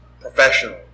professional